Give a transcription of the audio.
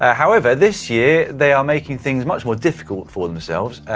ah however this year they are making things much more difficult for themselves,